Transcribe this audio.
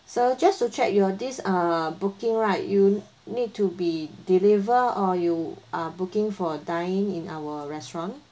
so just to check your this uh booking right you need to be deliver or you are booking for dine-in in our restaurant